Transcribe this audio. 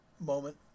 moment